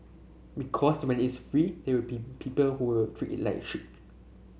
because when it's free there will be people who will treat it like shit